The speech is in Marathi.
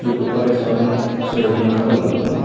शिवकृपा रेस्टॉरंट शेरोली नाका कोल्हापूर ना